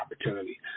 opportunity